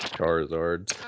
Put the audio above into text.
Charizards